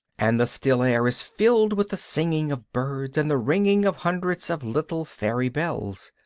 and the still air is filled with the singing of birds and the ringing of hundreds of little fairy bells.